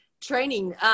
Training